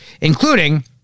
including